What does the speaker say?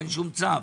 אין שום צו.